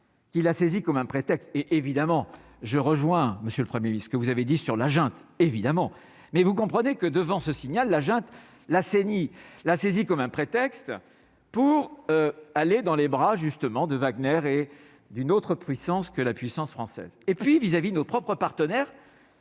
qui l'a saisie comme un prétexte et évidemment je rejoins monsieur le 1er puisque vous avez dit sur la junte évidemment mais vous comprenez que devant ce signal, la junte la CENI la saisie comme un prétexte pour aller dans les bras, justement, de Wagner et d'une autre puissance que la puissance française et puis vis-à-vis nos propres partenaires